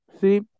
See